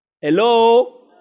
Hello